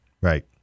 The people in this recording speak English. Right